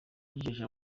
yijeje